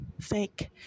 fake